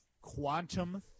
Quantum